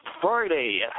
Friday